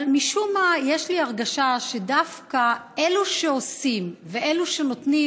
אבל משום מה יש לי הרגשה שדווקא אלו שעושים ואלו שנותנים,